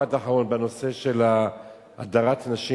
משפט אחרון בנושא של הדרת נשים.